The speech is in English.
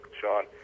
Sean